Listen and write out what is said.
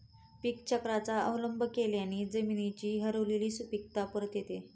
पीकचक्राचा अवलंब केल्याने जमिनीची हरवलेली सुपीकता परत येते